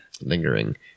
Lingering